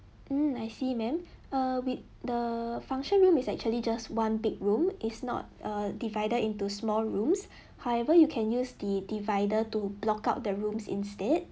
mm I see ma'am err with the function room is actually just one big room is not a divided into small rooms however you can use the divider to block out the rooms instead